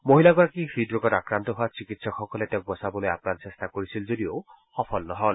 মহিলাগৰাকী হৃদৰোগত আক্ৰান্ত হোৱাত চিকিৎসকসকলে তেওঁক বচাবলৈ আপ্ৰাণ চেষ্টা কৰিছিল যদিও সফল নহল